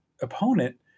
opponent